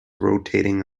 rotating